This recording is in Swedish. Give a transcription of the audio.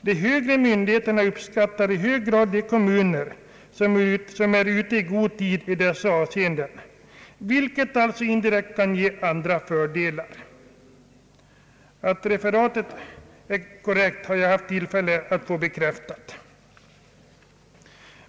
De högre myndigheterna uppskattar i hög grad de kommuner som är ute i god tid i dessa avseenden, vilket alltså indirekt kan ge andra fördelar.» Att referatet är korrekt har jag haft tillfälle att få bekräftat.